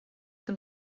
tym